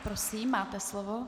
Prosím, máte slovo.